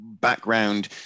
background